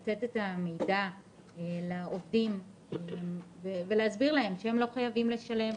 לזה שאנחנו נותנים את המידע לעובדים ומסבירים להם שהם לא חייבים לשלם,